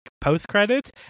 post-credits